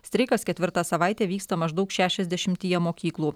streikas ketvirtą savaitę vyksta maždaug šešiasdešimtyje mokyklų